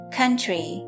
country